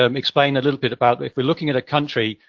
um explain a little bit about, if we're looking at a country,